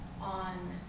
on